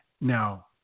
Now